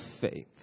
faith